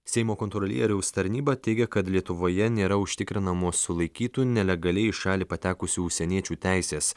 seimo kontrolieriaus tarnyba teigia kad lietuvoje nėra užtikrinamos sulaikytų nelegaliai į šalį patekusių užsieniečių teisės